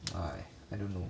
哎 I don't know